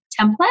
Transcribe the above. template